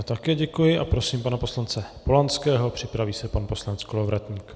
Také děkuji a prosím pana poslance Polanského, připraví se pan poslanec Kolovratník.